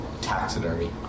taxidermy